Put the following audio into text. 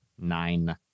Nine